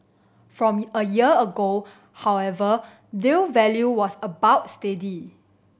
from a year ago however deal value was about steady